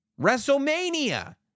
WrestleMania